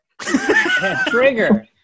Trigger